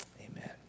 Amen